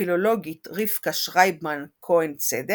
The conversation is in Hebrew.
והפילולוגית רבקה שריבמן-כהן-צדק